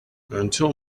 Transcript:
until